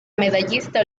medallista